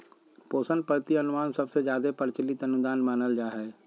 पोषण पद्धति अनुमान सबसे जादे प्रचलित अनुदान मानल जा हय